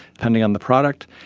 depending on the product.